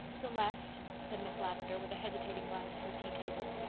the left, said miss lavendar, with a hesitating glance at her tea table.